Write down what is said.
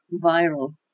viral